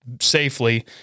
safely